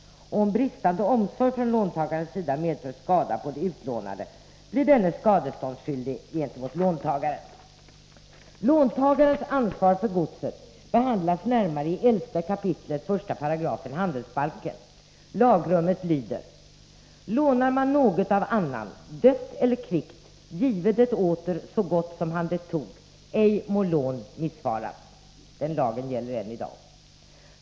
Och om bristande omsorg från låntagarens sida medför skada på det utlånade blir denne skadeståndsskyldig gentemot långivaren. Låntagarens ansvar för godset behandlas närmare i 11 kap. 1 § handelsbalken. Lagrummet lyder: ”Lånar man något av annan, dött eller kvickt; give det åter så gott, som han det tog. Ej må lån missfaras.” — Den lagen gäller än i dag.